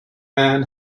man